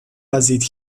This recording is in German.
basiert